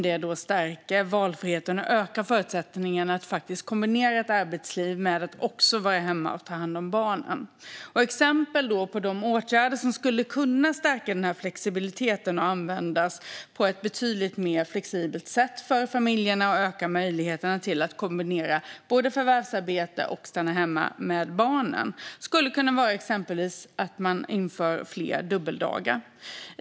Det stärker valfriheten och ökar förutsättningarna att kombinera ett arbetsliv med att också vara hemma och ta hand om barnen. Jag har några exempel på åtgärder som skulle kunna stärka flexibiliteten och göra att föräldrapenningen kan användas på ett betydligt mer flexibelt sätt för familjerna och öka möjligheterna att kombinera förvärvsarbete och att stanna hemma med barnen. Det skulle exempelvis kunna vara att man inför fler dubbeldagar.